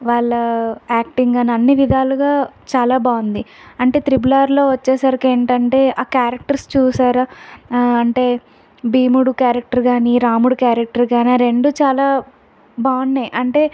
వాళ్ళ యాక్టింగ్ అని అన్ని విధాలుగా చాలా బాగుంది అంటే త్రిబుల్ ఆర్లో వచ్చేసరికి ఏంటంటే ఆ క్యారెక్టర్స్ చూశారా అంటే భీముడు క్యారెక్టర్ కానీ రాముడు క్యారెక్టర్ కానీ రెండు చాలా బాగున్నాయి అంటే